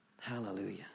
Hallelujah